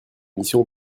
missions